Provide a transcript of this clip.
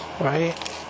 right